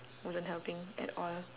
wasn't helping at all